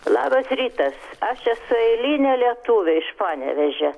labas rytas aš esu eilinė lietuvė iš panevėžio